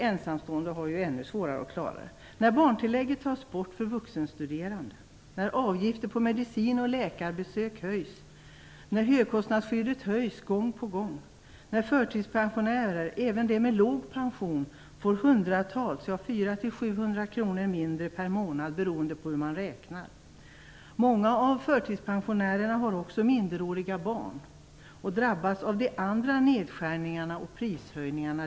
Ensamstående har ännu svårare att klara sig. Barntillägget tas bort för vuxenstuderande. Avgifter på medicin och läkarbesök höjs. Högkostnadsskyddet höjs gång på gång. Förtidspensionärer, även de med låg pension, får hundratals - 400-700 - kronor mindre per månad beroende på hur man räknar. Många av förtidspensionärerna har också minderåriga barn och drabbas dessutom av övriga nedskärningar och prishöjningar.